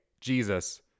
Jesus